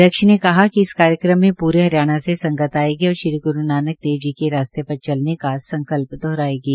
अध्यक्ष ने कहा कि कार्यक्रम में पूरे हरियाणा से संगत आयेगी और श्री गुरू नानक देव जी के रास्ते पर चलने का संकल्प दोहरायेंगे